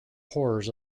horrors